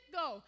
go